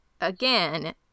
again